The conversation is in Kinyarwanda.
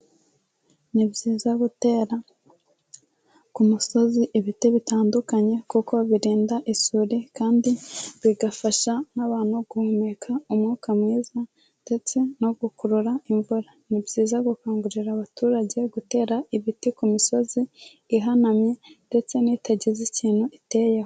Ni byiza gutera ku musozi ibiti bitandukanye kuko birinda isuri kandi bigafasha n'abantu guhumeka umwuka mwiza ndetse no gukurura imvura, ni byiza gukangurira abaturage gutera ibiti ku misozi ihanamye ndetse n'itagize ikintu iteyeho.